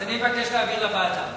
אז אני מבקש להעביר לוועדה.